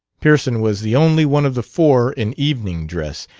pearson was the only one of the four in evening dress,